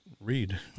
read